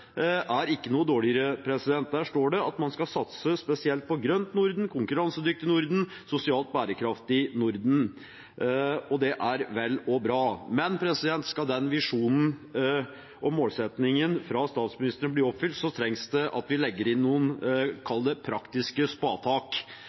er ikke noe dårligere. Der står det at man skal satse spesielt på grønt Norden, konkurransedyktig Norden og sosialt bærekraftig Norden. Det er vel og bra. Men skal den visjonen og målsettingen fra statsministrene bli oppfylt, trengs det at vi legger inn noen